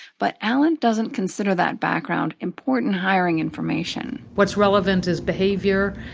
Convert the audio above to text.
but allen doesn't consider that background important hiring information what's relevant is behavior,